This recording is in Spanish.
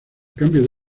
cambio